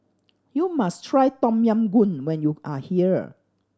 you must try Tom Yam Goong when you are here